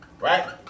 Right